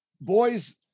boys